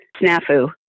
snafu